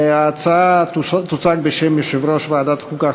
ההצעה תוצג בשם יושב-ראש ועדת חוקה,